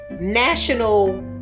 national